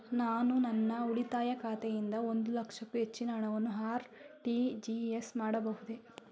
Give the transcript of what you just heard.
ನಾನು ನನ್ನ ಉಳಿತಾಯ ಖಾತೆಯಿಂದ ಒಂದು ಲಕ್ಷಕ್ಕೂ ಹೆಚ್ಚಿನ ಹಣವನ್ನು ಆರ್.ಟಿ.ಜಿ.ಎಸ್ ಮಾಡಬಹುದೇ?